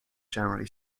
generally